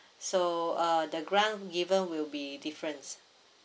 so uh the grant given will be different